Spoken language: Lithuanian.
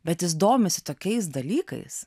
bet jis domisi tokiais dalykais